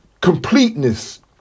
completeness